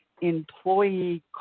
employee